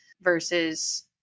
versus